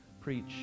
preach